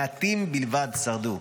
מעטים בלבד שרדו.